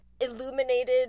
illuminated